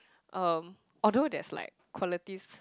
uh although there's like qualities